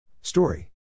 Story